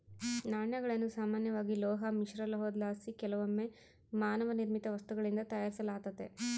ನಾಣ್ಯಗಳನ್ನು ಸಾಮಾನ್ಯವಾಗಿ ಲೋಹ ಮಿಶ್ರಲೋಹುದ್ಲಾಸಿ ಕೆಲವೊಮ್ಮೆ ಮಾನವ ನಿರ್ಮಿತ ವಸ್ತುಗಳಿಂದ ತಯಾರಿಸಲಾತತೆ